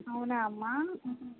అవునా అమ్మా